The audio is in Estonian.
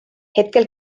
hetkel